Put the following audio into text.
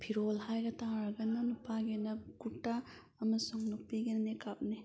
ꯐꯤꯔꯣꯜ ꯍꯥꯏꯔ ꯇꯥꯔꯒꯅ ꯅꯨꯄꯥꯒꯤꯅ ꯀꯨꯔꯇꯥ ꯑꯃꯁꯨꯡ ꯅꯨꯄꯤꯒꯤꯅ ꯅꯤꯀꯥꯞꯅꯤ